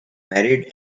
married